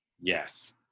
Yes